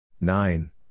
nine